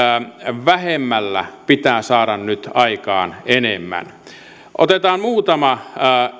vähemmällä pitää saada nyt aikaan enemmän otetaan muutama